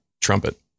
trumpet